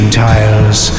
tiles